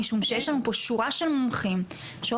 משום שיש לנו פה שורה של מומחים שאומרים